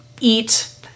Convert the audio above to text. eat